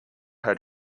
had